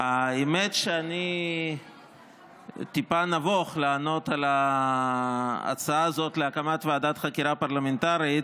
האמת שאני טיפה נבוך לענות על ההצעה הזאת להקמת ועדת חקירה פרלמנטרית,